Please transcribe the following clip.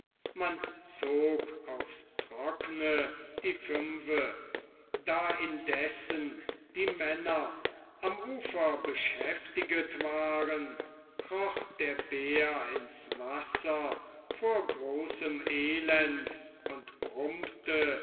man zog aufs trockne die fünfe da indessen die männer am ufer beschäftiget waren kroch der bär ins wasser vor großem elend und brummte